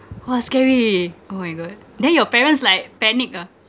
!wah! scary oh my god then your parents like panic ah